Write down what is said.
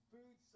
Food